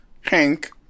Hank